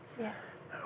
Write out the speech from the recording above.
Yes